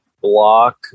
block